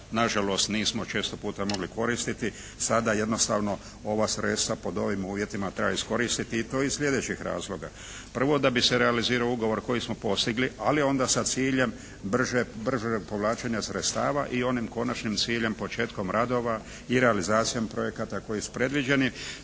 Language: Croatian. na žalost nismo često puta mogli koristiti, sada jednostavno ova sredstva pod ovim uvjetima treba iskoristiti i to iz sljedećih razloga. Prvo da bi se realizirao ugovor koji smo postigli, ali onda sa ciljem bržeg povlačenja sredstava i onim konačnim ciljem početkom radova i realizacijom projekata koji su predviđeni